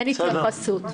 אין התייחסות.